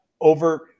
over